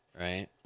right